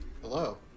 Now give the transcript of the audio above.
Hello